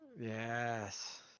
Yes